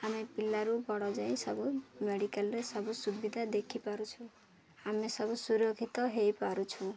ଆମେ ପିଲାରୁ ବଡ଼ ଯାଏଁ ସବୁ ମେଡ଼ିକାଲ୍ରେ ସବୁ ସୁବିଧା ଦେଖିପାରୁଛୁ ଆମେ ସବୁ ସୁରକ୍ଷିତ ହୋଇପାରୁଛୁ